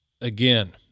again